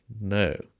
No